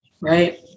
right